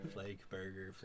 Flakeburger